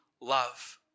love